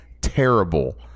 terrible